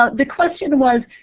ah the question was,